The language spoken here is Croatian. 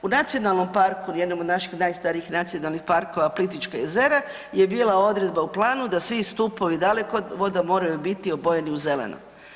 U nacionalnom parku, jednom od naših najstarijih Nacionalnih parkova Plitvička jezera je bila odredba u planu da svi stupovi dalekovoda moraju biti obojeni u zeleno.